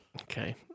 Okay